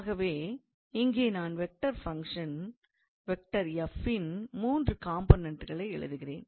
ஆகவே இங்கே நான் வெக்டார் ஃபங்க்ஷன் இன் மூன்று காம்போனெண்ட்களை எழுதுகிறேன்